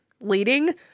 leading